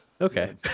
Okay